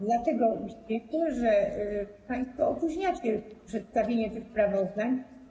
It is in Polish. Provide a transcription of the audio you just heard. Dlatego dziwi to, że państwo opóźniacie przedstawienie tych sprawozdań.